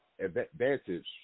advantage